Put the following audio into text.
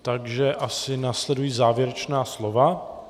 Takže asi následují závěrečná slova.